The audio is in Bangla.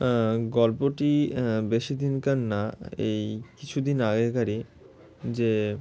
গল্পটি বেশি দিনকার না এই কিছুদিন আগেকারই যে